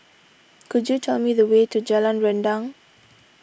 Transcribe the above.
could you tell me the way to Jalan Rendang